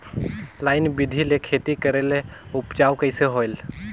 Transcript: Line बिधी ले खेती करेले उपजाऊ कइसे होयल?